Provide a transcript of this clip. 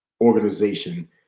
organization